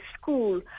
school